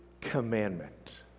commandment